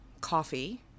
coffee